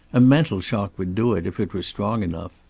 a mental shock would do it, if it were strong enough.